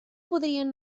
podrien